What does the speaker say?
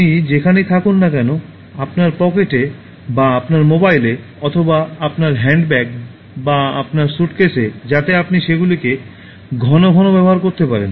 আপনি যেখানেই থাকুন না কেন আপনার পকেটে বা আপনার মোবাইলে অথবা আপনার হ্যান্ডব্যাগ বা আপনার স্যুটকেসে যাতে আপনি সেগুলি ঘন ঘন ব্যবহার করতে পারেন